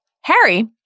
Harry